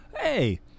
hey